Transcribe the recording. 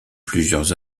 plusieurs